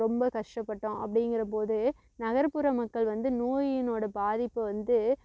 ரொம்ப கஷ்டப்பட்டோம் அப்படிங்குற போது நகரப்புற மக்கள் வந்து நோயினோடய பாதிப்பை வந்து